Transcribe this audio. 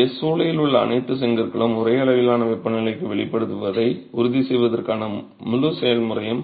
எனவே சூளையில் உள்ள அனைத்து செங்கற்களும் ஒரே அளவிலான வெப்பநிலைக்கு வெளிப்படுவதை உறுதிசெய்வதற்கான முழு செயல்முறையும்